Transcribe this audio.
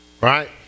right